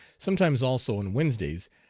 sometimes also on wednesdays,